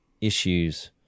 issues